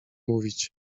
mówić